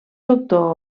doctor